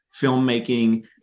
filmmaking